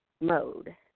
mode